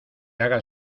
hagas